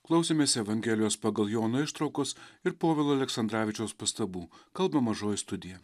klausėmės evangelijos pagal joną ištraukos ir povilo aleksandravičiaus pastabų kalba mažoji studija